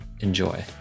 enjoy